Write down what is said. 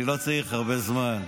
אני לא צריך הרבה זמן.